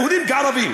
יהודים כערבים,